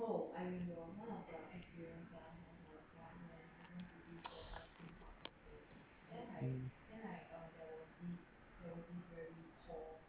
mm